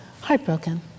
heartbroken